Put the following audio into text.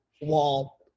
wall